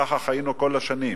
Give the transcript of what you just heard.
כך חיינו כל השנים,